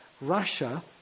Russia